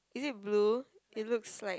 is it blue it looks like